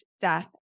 Death